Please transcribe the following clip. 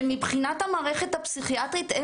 ומבחינת המערכת הפסיכיאטרית,